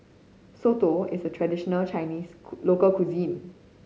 soto is a traditional Chinese local cuisine